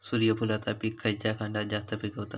सूर्यफूलाचा पीक खयच्या खंडात जास्त पिकवतत?